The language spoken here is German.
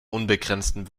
unbegrenzten